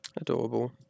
adorable